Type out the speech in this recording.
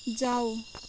जाऊ